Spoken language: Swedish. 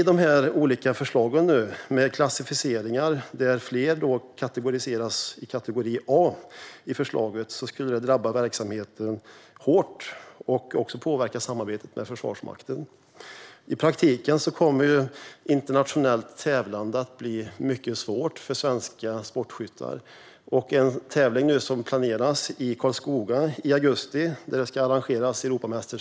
Dessa olika förslag, med klassificeringar där fler placeras i kategori A, skulle drabba verksamheten hårt och även påverka samarbetet med Försvarsmakten. I praktiken kommer det att bli mycket svårt för svenska sportskyttar att delta i internationellt tävlande. Det ska arrangeras Europamästerskap i Karlskoga i augusti.